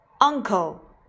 Uncle